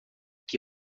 qui